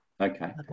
Okay